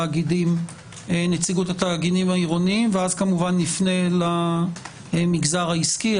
ואת נציגות התאגידים העירוניים; ואז כמובן נפנה למגזר העסקי,